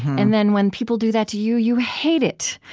and then, when people do that to you, you hate it.